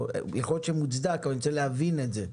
יכול להיות שזה מוצדק אבל אני רוצה להבין את זה.